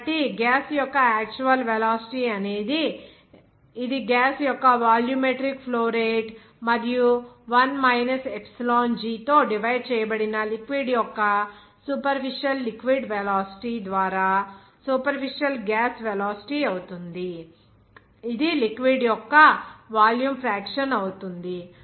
కాబట్టి గ్యాస్ యొక్క actual velocity అనేది ఇది గ్యాస్ యొక్క వాల్యూమెట్రిక్ ఫ్లో రేటు మరియు 1 మైనస్ ఎప్సిలాన్ g తో డివైడ్ చేయబడిన లిక్విడ్ యొక్క సూపర్ఫిషల్ లిక్విడ్ వెలాసిటీ velocity ద్వారా సూపర్ఫిషల్ గ్యాస్ వెలాసిటీ అవుతుంది ఇది లిక్విడ్ యొక్క వాల్యూమ్ ఫ్రాక్షన్ అవుతుంది